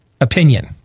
opinion